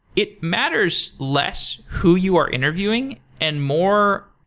it matters less who you are interviewing and more,